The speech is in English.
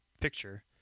picture